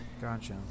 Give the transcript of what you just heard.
Gotcha